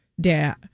dad